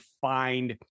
find